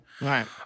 right